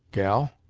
gal!